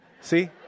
see